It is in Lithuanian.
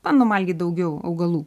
bandom valgyt daugiau augalų